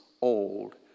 old